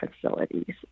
facilities